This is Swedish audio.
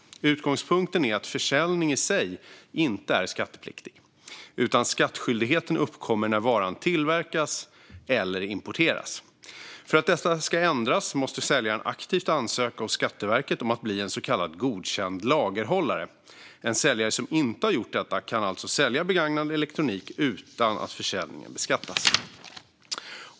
Utgångspunkten är att försäljning i sig inte är skattepliktig; skattskyldigheten uppkommer när varan tillverkas eller importeras. För att detta ska ändras måste säljaren aktivt ansöka hos Skatteverket om att bli så kallad godkänd lagerhållare. En säljare som inte har gjort detta kan alltså sälja begagnad elektronik utan att försäljningen beskattas.